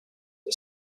are